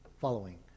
following